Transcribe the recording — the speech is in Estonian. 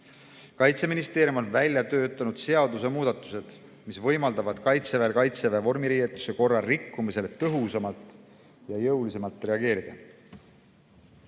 Kaitseministeerium on välja töötanud seadusemuudatused, mis võimaldavad Kaitseväel Kaitseväe vormiriietuse korra rikkumisele tõhusamalt ja jõulisemalt reageerida.